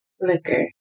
Liquor